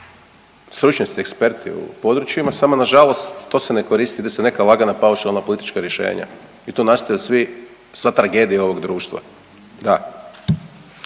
stručnjaci eksperti u područjima samo na žalost to se ne koristi, ide se na neka lagana paušalna politička rješenja i to nastoji svi sva tragedija ovog društva,